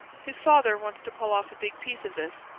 his father wants to pull off a big piece of this,